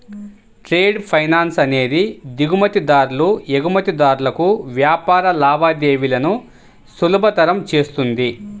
trade finance అనేది దిగుమతిదారులు, ఎగుమతిదారులకు వ్యాపార లావాదేవీలను సులభతరం చేస్తుంది